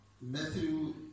Matthew